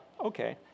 okay